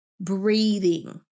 breathing